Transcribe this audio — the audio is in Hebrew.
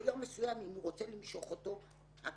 אם הוא רוצה למשוך אותו ביום מסוים,